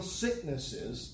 sicknesses